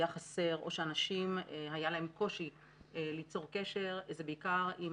היה חסר או שלאנשים היה קושי ליצור קשר בעיקר עם